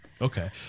Okay